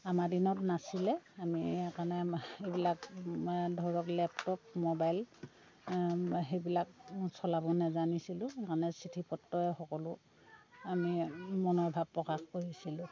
আমাৰ দিনত নাছিলে আমি সেইকাণে সেইবিলাক ধৰক লেপটপ মবাইল সেইবিলাক চলাব নেজানিছিলোঁ মানে চিঠি পত্ৰই সকলো আমি মনৰ ভাৱ প্ৰকাশ কৰিছিলোঁ